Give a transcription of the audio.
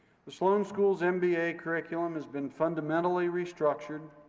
the sloan school's and mba curriculum has been fundamentally restructured,